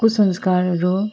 कुसंस्कारहरू